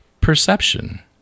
Perception